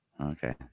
Okay